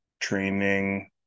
training